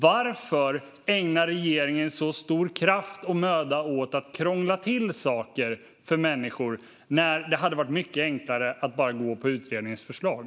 Varför ägnar regeringen så stor kraft och möda åt att krångla till saker för människor när det hade varit mycket enklare att bara följa utredningens förslag?